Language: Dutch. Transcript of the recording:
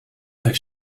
heeft